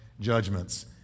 judgments